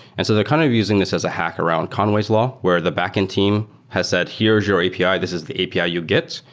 and so they're kind of using this as a hack around conway's law where the back and team has said, here's your api. ah this is the api you'd get,